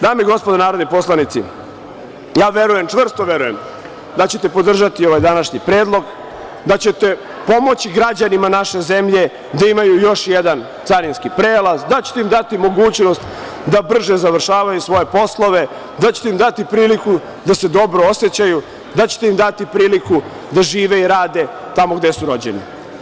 Dame i gospodo narodni poslanici, verujem, čvrsto verujem da ćete podržati ovaj današnji predlog, da ćete pomoći građanima naše zemlje da imaju još jedan carinski prelaz, da ćete im dati mogućnost da brže završavaju svoje poslove, da ćete im dati priliku da se dobro osećaju, da ćete ima dati priliku da žive i rade tamo gde su rođeni.